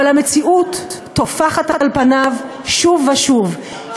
אבל המציאות טופחת על פניו שוב ושוב,